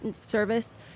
service